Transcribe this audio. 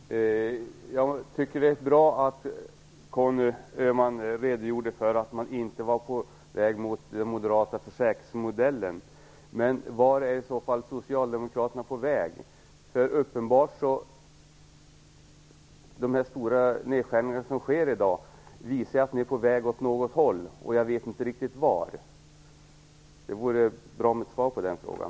Herr talman! Jag tycker att det var bra att Conny Öhman redogjorde för att man inte var på väg mot den moderata försäkringsmodellen. Men vart är i så fall Socialdemokraterna på väg? De stora nedskärningar som sker i dag visar ju att ni är på väg åt något håll, men jag vet inte riktigt vart. Det vore bra med ett svar på den frågan.